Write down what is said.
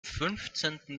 fünfzehnten